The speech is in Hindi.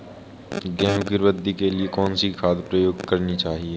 गेहूँ की वृद्धि के लिए कौनसी खाद प्रयोग करनी चाहिए?